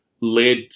led